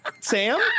sam